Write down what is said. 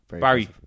Barry